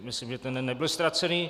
Myslím, že ten den nebyl ztracený.